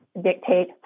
dictate